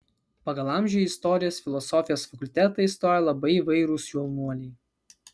pagal amžių į istorijos filosofijos fakultetą įstojo labai įvairūs jaunuoliai